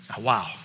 Wow